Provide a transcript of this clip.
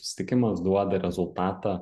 susitikimas duoda rezultatą